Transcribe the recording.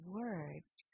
words